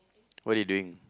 what are you doing